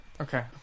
Okay